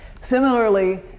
Similarly